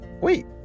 wait